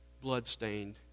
bloodstained